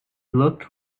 looked